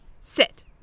sit